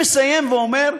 אני מסיים ואומר,